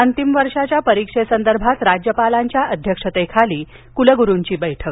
अंतिम वर्षाच्या परीक्षेसंदर्भात राज्यपालांच्या अध्यक्षतेखाली कुलगुरूंची बैठक